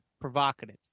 provocative